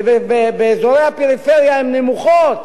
ובאזורי הפריפריה הן נמוכות.